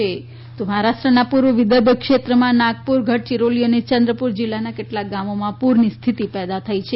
મહારાષ્ટ્ર પુર મહારાષ્ટ્રમાં પુર્વ વિદર્ભ ક્ષેત્રમાં નાગપુર ગઢયીરોલી અને ચંદ્રપુર જીલ્લાના કેટલાક ગામોમાં પુરની સ્થિતિ પેદા થઇ છે